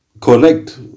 correct